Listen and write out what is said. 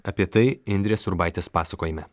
apie tai indrės urbaitės pasakojime